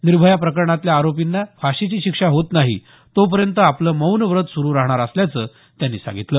निर्भया प्रकरणातल्या आरोपींना फाशीची शिक्षा होत नाही तोपर्यंत आपलं मौन व्रत सुरु राहणार असल्याचं त्यांनी सांगितलं